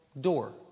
door